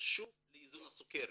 חשוב לאיזון הסוכרת.